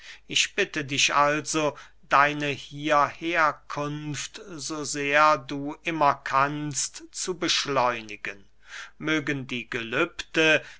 ich bitte dich also deine hierherkunft so sehr du immer kannst zu beschleunigen mögen die gelübde